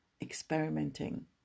experimenting